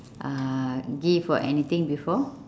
uh gift or anything before